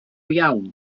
iawn